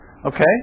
Okay